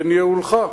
בניהולך.